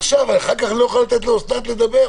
אחר כך אני לא אוכל לתת לאוסנת לדבר,